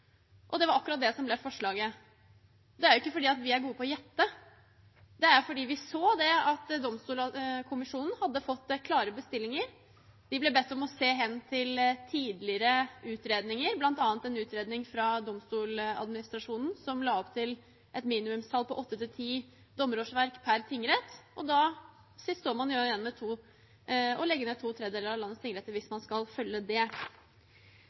og det var akkurat det som ble forslaget. Det er ikke fordi vi er gode til å gjette, det er fordi vi så at Domstolkommisjonen hadde fått klare bestillinger. De ble bedt om å se hen til tidligere utredninger, bl.a. en utredning fra Domstoladministrasjonen som la opp til et minimumstall på 8–10 dommerårsverk per tingrett. Hvis man skal følge det, må man jo legge ned to tredjedeler av landets tingretter. Jeg mener at prosessen rundt hvordan domstolene skal